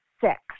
six